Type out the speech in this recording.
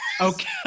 Okay